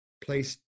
place